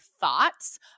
thoughts